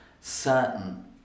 certain